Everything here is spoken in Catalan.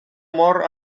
mor